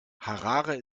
harare